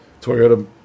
Toyota